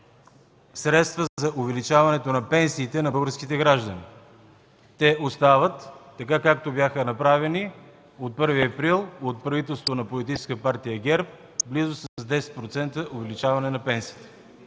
средства за увеличаване на пенсиите на българските граждани. Те остават така, както бяха направени от 1 април от правителството на Политическа партия ГЕРБ – близо 10% увеличение на пенсиите.